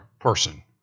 person